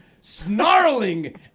snarling